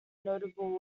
notable